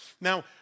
Now